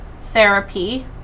therapy